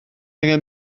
angen